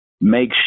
make